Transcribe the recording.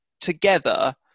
together